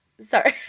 Sorry